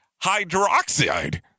hydroxide